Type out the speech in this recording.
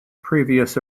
previous